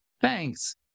thanks